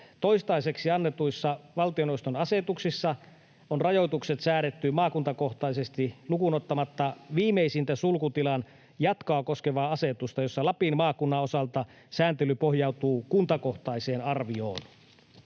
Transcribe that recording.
toistaiseksi annetuissa valtioneuvoston asetuksissa on rajoitukset säädetty maakuntakohtaisesti lukuun ottamatta viimeisintä sulkutilan jatkoa koskevaa asetusta, jossa Lapin maakunnan osalta sääntely pohjautuu kuntakohtaiseen arvioon.